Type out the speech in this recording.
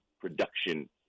production